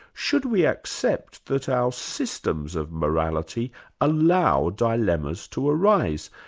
should we accept that our systems of morality allow dilemmas to arise?